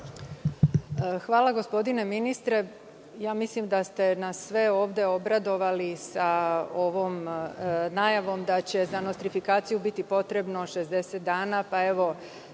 Hvala gospodine ministre. Mislim da ste nas sve ovde obradovali sa ovom najavom da će za nostrifikaciju biti potrebno 60 dana,